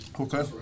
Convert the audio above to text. Okay